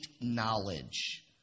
knowledge